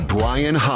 Brian